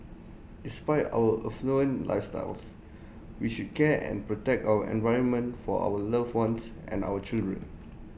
despite our affluent lifestyles we should care and protect our environment for our loved ones and our children